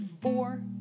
four